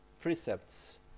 precepts